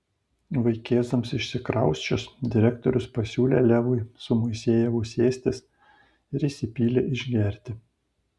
vaikėzams išsikrausčius direktorius pasiūlė levui su moisejevu sėstis ir įsipylė išgerti